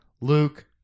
Luke